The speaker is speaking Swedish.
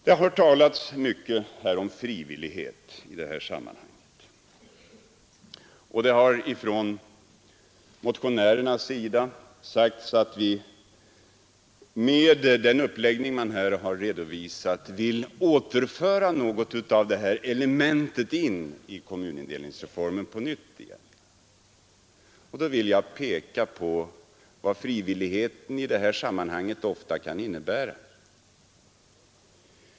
Det har i detta sammanhang talats mycket om frivillighet, och motionärerna har sagt att man med den uppläggning man här redovisat vill återinföra något av detta element i kommunindelningsreformen. Jag vill då peka på vad frivilligheten i detta sammanhang ofta kan innebära.